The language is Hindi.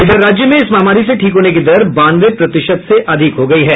इधर राज्य में इस महामारी से ठीक होने की दर बानवे प्रतिशत से अधिक हो गयी है